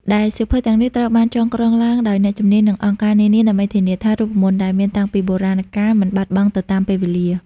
ដែលសៀវភៅទាំងនេះត្រូវបានចងក្រងឡើងដោយអ្នកជំនាញ និងអង្គការនានាដើម្បីធានាថា រូបមន្តដែលមានតាំងពីបុរាណកាលមិនបាត់បង់ទៅតាមពេលវេលា។